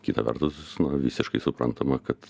kita vertus visiškai suprantama kad